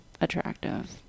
attractive